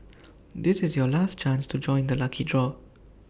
this is your last chance to join the lucky draw